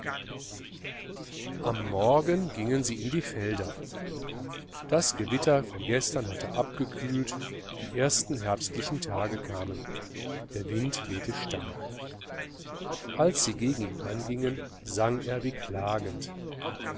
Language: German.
am morgen gingen sie in die felder das gewitter von gestern hatte abgekühlt die ersten herbstlichen tage kamen der wind wehte stark als sie gegen ihn angingen sang er wie klagend